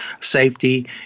safety